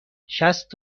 شصت